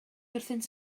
wrthynt